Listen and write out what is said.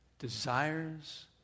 desires